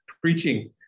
Preaching